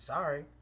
Sorry